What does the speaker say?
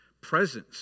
presence